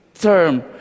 term